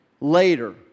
later